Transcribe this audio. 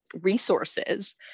resources